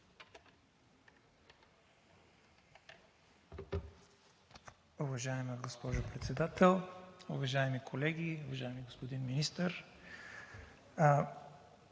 Уважаема госпожо Председател, уважаеми колеги! Уважаеми господин Министър,